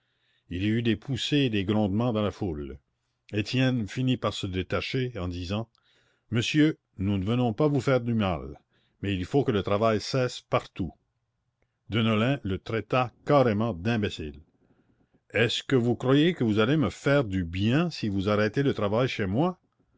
il y eut des poussées et des grondements dans la foule étienne finit par se détacher en disant monsieur nous ne venons pas vous faire du mal mais il faut que le travail cesse partout deneulin le traita carrément d'imbécile est-ce que vous croyez que vous allez me faire du bien si vous arrêtez le travail chez moi